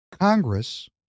Congress